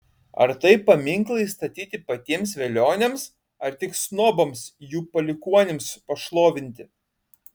ar tai paminklai statyti patiems velioniams ar tik snobams jų palikuonims pašlovinti